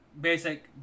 basic